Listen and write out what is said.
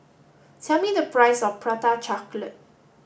tell me the price of Prata chocolate